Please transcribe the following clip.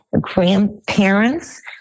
grandparents